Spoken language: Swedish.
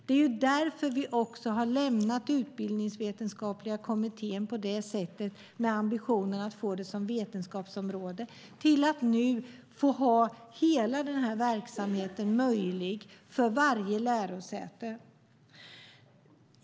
Det är därför som vi har lämnat den utbildningsvetenskapliga kommittén med ambitionen att få detta som vetenskapsområde så att hela denna verksamhet nu ska vara möjlig för varje lärosäte.